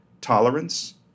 tolerance